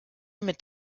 mit